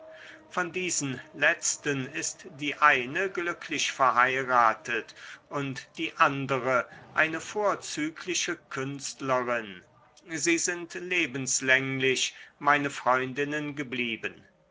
von diesen letzten ist die eine glücklich verheiratet und die andere eine vorzügliche künstlerin sie sind lebenslänglich meine freundinnen geblieben